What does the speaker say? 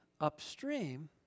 upstream